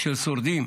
של שורדים,